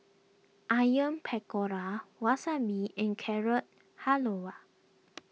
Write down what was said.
Onion Pakora Wasabi and Carrot Halwa